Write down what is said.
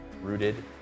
Rooted